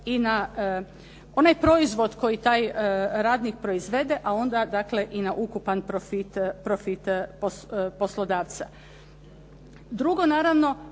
i na onaj proizvod koji taj radnik proizvede, a onda dakle i na ukupan profit poslodavca. Drugo, naravno